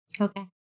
Okay